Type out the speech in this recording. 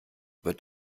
wird